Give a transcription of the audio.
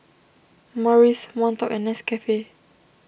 Morries Monto and Nescafe